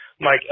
Mike